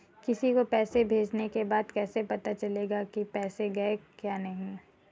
किसी को पैसे भेजने के बाद कैसे पता चलेगा कि पैसे गए या नहीं?